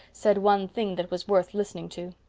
said one thing that was worth listening to.